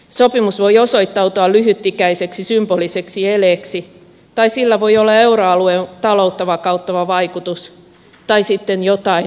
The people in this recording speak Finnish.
sopimus voi osoittautua lyhytikäiseksi symboliseksi eleeksi tai sillä voi olla euroalueen taloutta vakauttava vaikutus tai sitten jotain aivan muuta